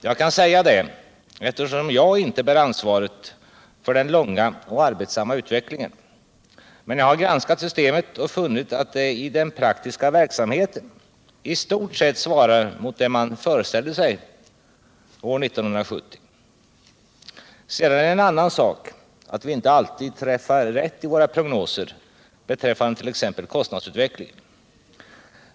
Jag kan säga det eftersom jag inte bär ansvaret för den långa och arbetsamma utvecklingen. Men jag har granskat systemet och funnit att det i den praktiska verksamheten i stort svarar mot vad man föreställde sig år 1970. Sedan är det en annan sak att vi inte alltid träffar rätt i våra prognoser beträffande t.ex. kostnadsutvecklingen.